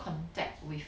contact with